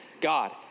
God